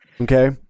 okay